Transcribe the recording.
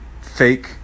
fake